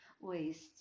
waste